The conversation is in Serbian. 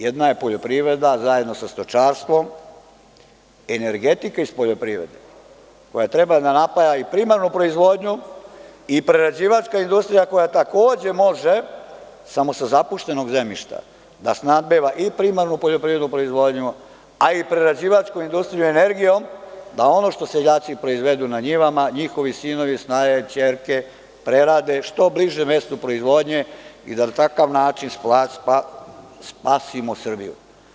Jedna je poljoprivreda zajedno sa stočarstvom, energetika iz poljoprivrede koja treba da napaja i primarnu proizvodnju i prerađivačka industrija koja takođe može samo sa zapuštenog zemljišta da snabdeva i primarnu poljoprivredu koju proizvodimo, a i prerađivačku industriju energijom, da ono što seljaci proizvedu na njivama njihovi sinovi, snaje i ćerke, prerade što bližem mestu proizvodnje i da takav način spasimo Srbiju.